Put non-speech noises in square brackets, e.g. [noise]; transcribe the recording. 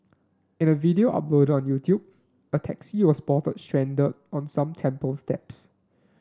in a video uploaded on [unintelligible] a taxi was spotted stranded on some temple steps